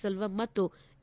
ಸೆಲ್ವಂ ಮತ್ತು ಎ